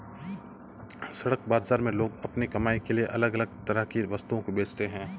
सड़क बाजार में लोग अपनी कमाई के लिए अलग अलग तरह की वस्तुओं को बेचते है